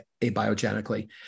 abiogenically